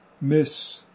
miss